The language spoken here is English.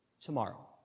tomorrow